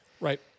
right